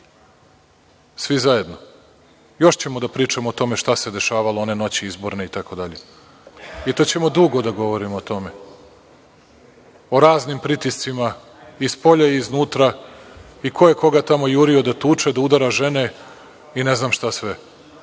svi zajedno. Još ćemo da pričamo o tome šta se dešavalo one izborne noći itd, i to ćemo dugo da govorimo o tome, o raznim pritiscima i spolja i iznutra i ko je koga tamo jurio da tuče, da udara žene i ne znam šta sve,